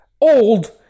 old